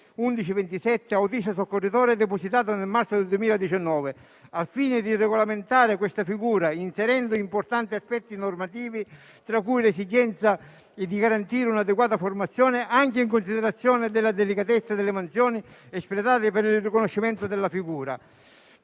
di autista soccorritore), depositato nel marzo 2019, al fine di regolamentare questa figura inserendo importanti aspetti normativi, tra cui l'esigenza di garantire un'adeguata formazione, anche in considerazione della delicatezza delle mansioni espletate per il riconoscimento della figura.